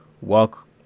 walk